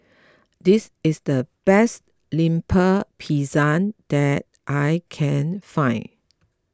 this is the best Lemper Pisang that I can find